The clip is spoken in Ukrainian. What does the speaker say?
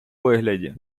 вигляді